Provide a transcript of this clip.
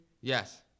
Yes